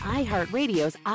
iHeartRadio's